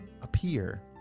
appear